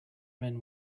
men